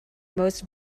most